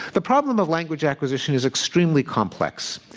the problem of language acquisition is extremely complex.